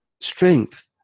strength